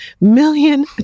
million